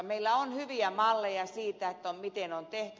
meillä on hyviä malleja siitä miten on tehty